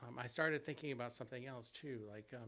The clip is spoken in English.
um i started thinking about something else, too. like